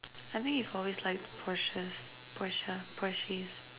I think you've always liked porsc~ Porsches Porsche